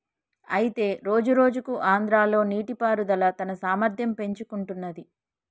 అయితే రోజురోజుకు ఆంధ్రాలో నీటిపారుదల తన సామర్థ్యం పెంచుకుంటున్నది